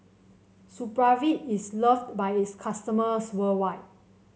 Supravit is loved by its customers worldwide